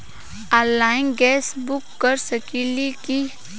Online gas book कर सकिले की?